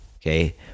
Okay